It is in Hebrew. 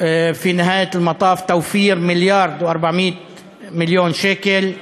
בשיעור 40%. חיסכון של מיליארד ו-400 מיליון שקל,